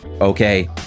okay